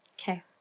Okay